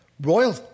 royal